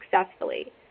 successfully